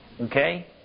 Okay